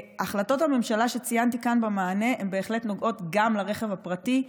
החלטות הממשלה שציינתי כאן במענה בהחלט נוגעות גם לרכב הפרטי,